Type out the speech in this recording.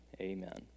amen